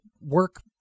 work